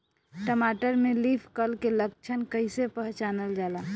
टमाटर में leaf curl के लक्षण कइसे पहचानल जाला?